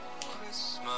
Christmas